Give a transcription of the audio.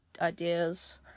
ideas